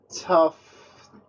tough